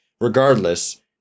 regardless